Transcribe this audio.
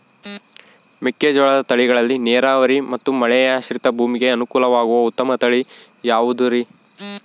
ಮೆಕ್ಕೆಜೋಳದ ತಳಿಗಳಲ್ಲಿ ನೇರಾವರಿ ಮತ್ತು ಮಳೆಯಾಶ್ರಿತ ಭೂಮಿಗೆ ಅನುಕೂಲವಾಗುವ ಉತ್ತಮ ತಳಿ ಯಾವುದುರಿ?